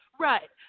Right